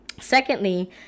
Secondly